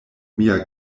mia